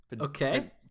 okay